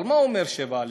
אבל מה אומר 7א?